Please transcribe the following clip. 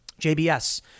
JBS